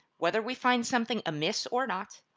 whether we find something amiss or not,